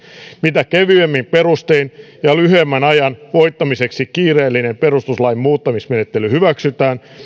mitä kevyemmin perustein ja lyhyemmän ajan voittamiseksi kiireellinen perustuslain muuttamismenettely hyväksytään